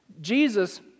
Jesus